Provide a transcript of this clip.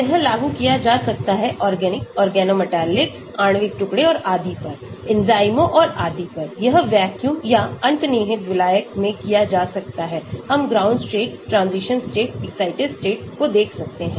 यह लागू किया जा सकता है ऑर्गेनिक्स ऑर्गेनोमेटिक्स आणविक टुकड़े और आदि पर एंजाइमों और आदि पर यह वैक्यूम या अंतर्निहित विलायक में किया जा सकता है हमग्राउंड state transition state excited state को देख सकते हैं